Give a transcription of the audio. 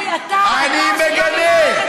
הגינוי.